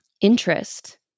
interest